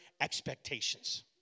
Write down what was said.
expectations